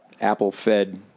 apple-fed